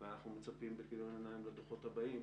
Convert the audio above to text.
ואנחנו מצפים בכיליון עיניים לדוחות הבאים